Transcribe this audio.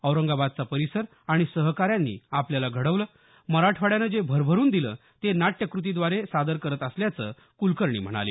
औरंगाबादचा परिसर आणि सहकाऱ्यांनी आपल्याला घडवलं मराठवाड्यानं जे भरभरुन दिलं ते नाट्यकृतीद्वारे सादर करत असल्याचं कुलकर्णी म्हणाले